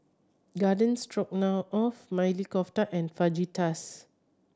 Garden Stroganoff Maili Kofta and Fajitas